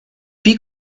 wie